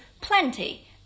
plenty